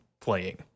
playing